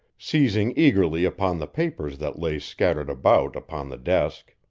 seizing eagerly upon the papers that lay scattered about upon the desk.